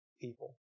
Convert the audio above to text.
people